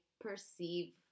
perceive